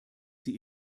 sie